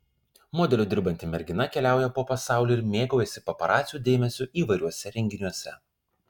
modeliu dirbanti mergina keliauja po pasaulį ir mėgaujasi paparacių dėmesiu įvairiuose renginiuose